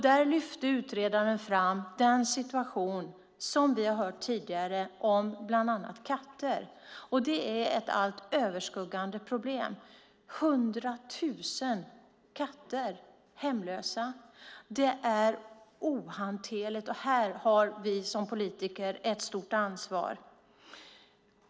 Där lyfte utredaren fram den situation för bland annat katter som vi har hört om tidigare. Det är ett allt överskuggande problem. Det är hundra tusen katter som är hemlösa. Det är ohanterligt. Här har vi som politiker ett stort ansvar.